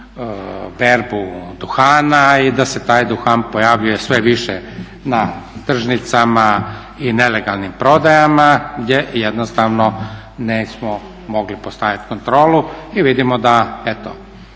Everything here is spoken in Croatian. berbu duhana i da se taj duhan pojavljuje sve više na tržnicama i nelegalnim prodajama je jednostavno nismo mogli postavit kontrolu. I vidimo da eto